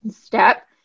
step